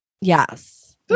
Yes